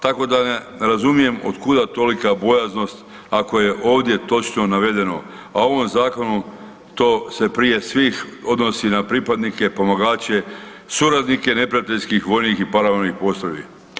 Tako da razumijem od kuda tolika bojaznost ako je ovdje točno navedeno, a u ovom zakonu to se prije svih odnosi na pripadnike pomagače, suradnike neprijateljskih vojnih i paravojnih postrojbi.